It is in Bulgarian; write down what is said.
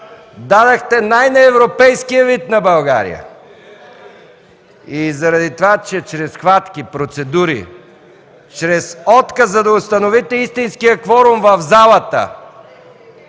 дадохте най-неевропейския вид на България, заради това, че чрез хватки, процедури, чрез отказа да установите истинския кворум в залата,